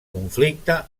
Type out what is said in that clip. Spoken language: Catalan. conflicte